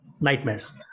nightmares